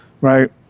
right